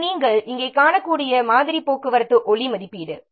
இது நாம் இங்கே காணக்கூடிய மாதிரி போக்குவரத்து ஒளி மதிப்பீடு